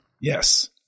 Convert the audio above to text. Yes